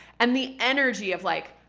and the energy of like,